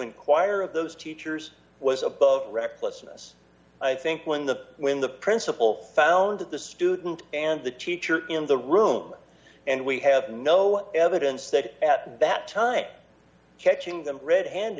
inquire of those teachers was above recklessness i think when the when the principal found that the student and the teacher in the room and we have no evidence that at that time catching them red hand